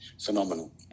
phenomenal